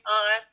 on